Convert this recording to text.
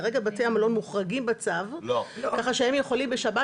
כרגע בתי המלון מוחרגים בצו כך שהם יכולים בשבת